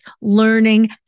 learning